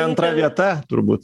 antra vieta turbūt